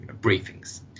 briefings